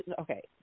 okay